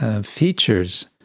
features